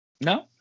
No